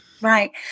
Right